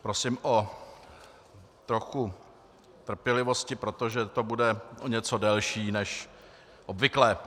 Prosím o trochu trpělivosti, protože to bude o něco delší než obvykle.